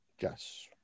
Yes